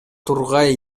тургай